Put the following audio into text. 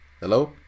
Hello